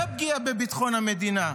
זה פגיעה בביטחון המדינה.